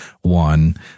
one